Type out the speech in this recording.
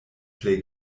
plej